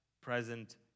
present